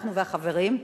אנחנו והחברים,